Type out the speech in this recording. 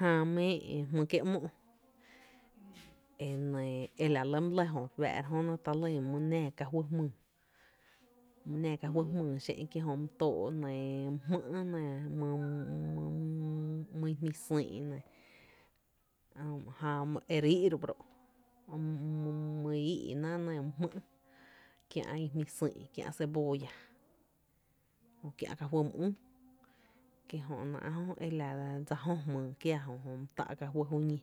Jää my é’n mý’ kié’ ‘móó’, enɇɇ e la re lɇ my lɇ my lɇ jö re fáá’ ra jö nɇ ta lýn my nⱥⱥ ka juý jmyy, my nⱥⱥ ka juý jmyy xé’n ki jö my tóó’ mý jmý’ nɇ, mý my, my, mý ijmí xÿÿ’ nɇ, jää e ríí’ ro’ báro’ jö my íí’ná mý jmý’ kiä’ i jmí xÿÿ’, kiä’ cebolla, jö kiä’ ka juý mý üü, kí jö e náá’ jö e la dsa jö jmyy kiáá’ jö my tá’ ka juý júñí